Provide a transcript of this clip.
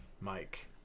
Mike